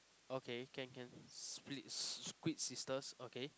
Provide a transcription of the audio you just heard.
okay can can split squid sisters okay